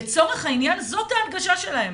לצורך העניין, זו ההנגשה שלהם